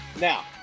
Now